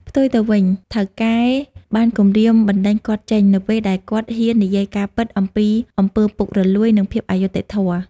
ផ្ទុយទៅវិញ ថៅកែបានគំរាមបណ្តេញគាត់ចេញ នៅពេលដែលគាត់ហ៊ាននិយាយការពិតអំពីអំពើពុករលួយ និងភាពអយុត្តិធម៌។